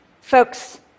Folks